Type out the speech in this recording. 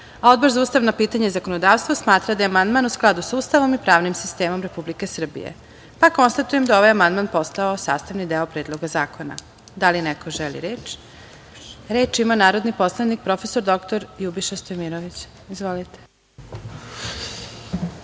za ustavna pitanja i zakonodavstvo smatra da je amandman u skladu sa Ustavom i pravnim sistemom Republike Srbije. Konstatujem da je ovaj amandman postao sastavni deo Predloga zakona. Da li neko želi reč? Reč ima narodni poslanik prof. dr Ljubiša Stojmirović. **Ljubiša